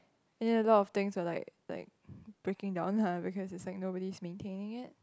and then a lot of things are like like breaking down lah because it's like nobody is maintaining it